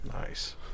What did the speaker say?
Nice